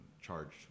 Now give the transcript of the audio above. charged